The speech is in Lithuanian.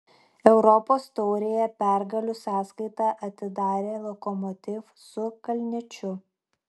europos taurėje pergalių sąskaitą atidarė lokomotiv su kalniečiu